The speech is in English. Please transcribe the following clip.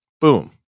Boom